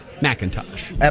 Macintosh